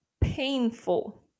painful